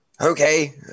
okay